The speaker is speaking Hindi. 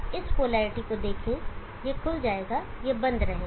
इस पोलैरिटी को देखें यह खुल जाएगा यह बंद रहेगा